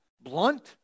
blunt